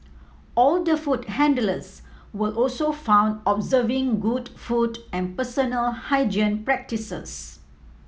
all the food handlers were also found observing good food and personal hygiene practices